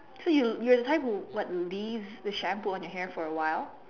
so you you will have to what leave the shampoo on your hair for awhile